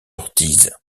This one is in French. ortiz